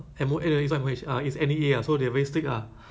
to to to complain say that these people because